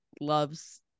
Loves